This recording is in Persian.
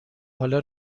حالا